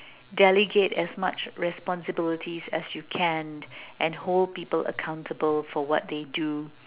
delegate as much responsibilities as you can and hold people accountable for what they do